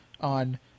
on